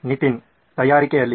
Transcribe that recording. ನಿತಿನ್ ತಯಾರಿಕೆಯಲ್ಲಿ